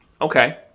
Okay